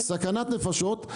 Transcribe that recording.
סכנת נפשות.